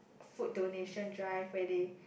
food donation drive where they